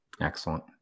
Excellent